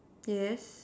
yes